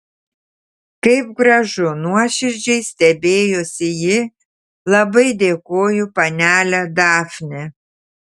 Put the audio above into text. kaip gražu nuoširdžiai stebėjosi ji labai dėkoju panele dafne